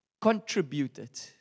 contributed